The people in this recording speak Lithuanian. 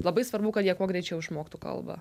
labai svarbu kad jie kuo greičiau išmoktų kalbą